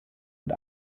und